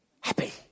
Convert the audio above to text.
Happy